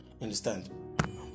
understand